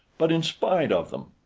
but in spite of them.